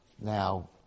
Now